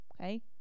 Okay